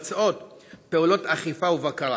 ונעשות פעולות אכיפה ובקרה.